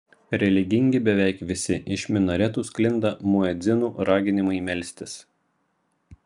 religingi beveik visi iš minaretų sklinda muedzinų raginimai melstis